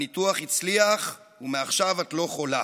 הניתוח הצליח, ומעכשיו את לא חולה.